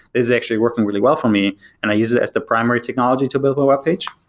it's actually working really well for me and i use it as the primary technology to build my webpage.